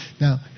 Now